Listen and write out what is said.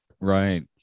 Right